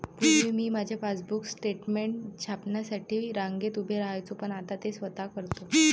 पूर्वी मी माझे पासबुक स्टेटमेंट छापण्यासाठी रांगेत उभे राहायचो पण आता ते स्वतः करतो